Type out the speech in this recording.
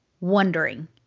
wondering